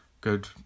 Good